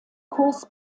kurs